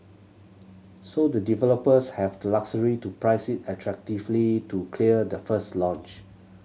so the developers have to luxury to price it attractively to clear the first launch